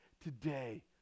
today